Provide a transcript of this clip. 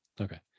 Okay